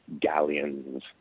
galleons